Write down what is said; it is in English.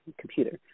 computer